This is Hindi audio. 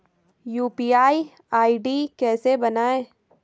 यु.पी.आई आई.डी कैसे बनायें?